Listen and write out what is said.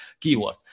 keywords